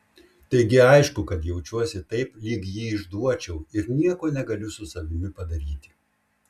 taigi aišku kad jaučiuosi taip lyg jį išduočiau ir nieko negaliu su savimi padaryti